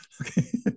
Okay